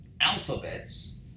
Alphabets